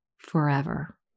forever